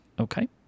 Okay